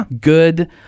good